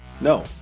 No